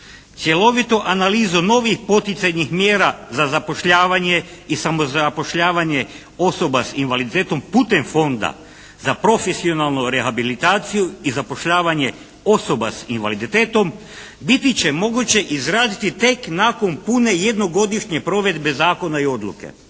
"Cjelovitu analizu novih poticajnih mjera za zapošljavanje i samozapošljavanje osoba sa invaliditetom putem Fonda za profesionalnu rehabilitaciju i zapošljavanje osoba sa invaliditetom biti će moguće izraziti tek nakon pune jednogodišnje provedbe zakona i odluke.".